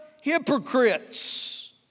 hypocrites